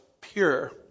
pure